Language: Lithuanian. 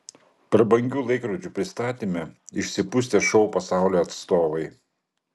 prabangių laikrodžių pristatyme išsipustę šou pasaulio atstovai